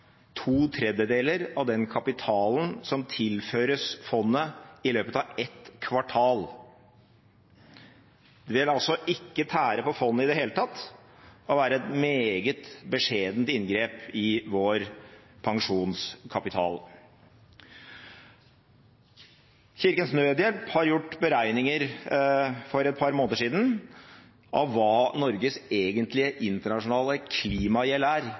to tredjedeler av den kapitalen som tilføres fondet i løpet av ett kvartal. Det vil altså ikke tære på fondet i det hele tatt, og det vil være et meget beskjedent inngrep i vår pensjonskapital. Kirkens Nødhjelp har for et par måneder siden gjort beregninger av hva Norges egentlige internasjonale